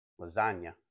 lasagna